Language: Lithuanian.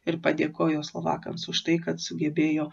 ir padėkojo slovakams už tai kad sugebėjo